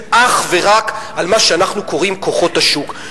אך ורק על מה שאנחנו קוראים כוחות השוק.